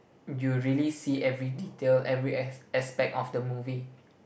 you really see every detail every as aspect of the movie